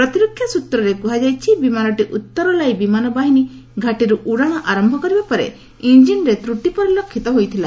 ପ୍ରତିରକ୍ଷା ସ୍ବତ୍ରରେ କୁହାଯାଇଛି ବିମାନଟି ଉତ୍ତରଲାଇ ବିମାନ ବାହିନୀ ଘାଟିରୁ ଉଡ଼ାଣ ଆରମ୍ଭ କରିବା ପରେ ଇଞ୍ଜିନ୍ରେ ତ୍ରଟି ପରିଲକ୍ଷିତ ହୋଇଥିଲା